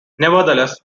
nevertheless